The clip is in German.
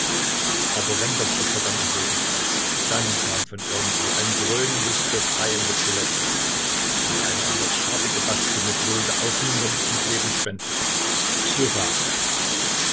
aber wenn das opfer dann am boden lag dann kam von irgendwo ein dröhnendes befreiendes gelächter und eine etwas schartige baßstimme brüllte aufmunternd und